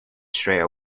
straight